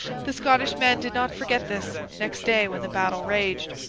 the scottish men did not forget this, next day when the battle raged.